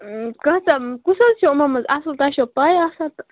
کانٛہہ تہِ کُس حظ چھِ یِمو منٛز اصٕل تۄہہِ چھو پاے آسان تہٕ